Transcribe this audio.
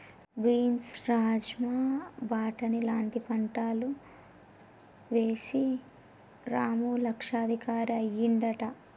beans rajma బాటని లాంటి పంటలు వేశి రాము లక్షాధికారి అయ్యిండట